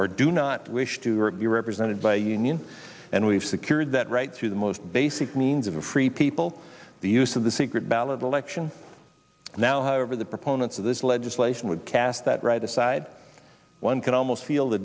or do not wish to or be represented by a union and we've secured that right to the most basic means of a free people the use of the secret ballot election now however the proponents of this legislation would cast that right aside one could almost feel the